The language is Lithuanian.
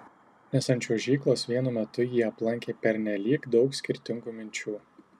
nes ant čiuožyklos vienu metu jį aplankė pernelyg daug skirtingų minčių